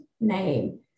name